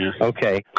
Okay